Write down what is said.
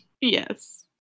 yes